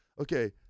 okay